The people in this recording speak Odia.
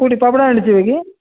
କୋଉଠି ପାପଡ଼ାହାଣ୍ଡି ଯିବେ କି